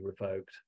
revoked